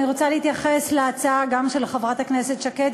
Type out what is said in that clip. אני רוצה להתייחס גם להצעה של חברת הכנסת שקד,